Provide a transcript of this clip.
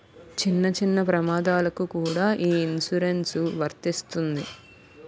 చిన్న చిన్న ప్రమాదాలకు కూడా ఈ ఇన్సురెన్సు వర్తిస్తుంది